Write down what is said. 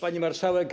Pani Marszałek!